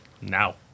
now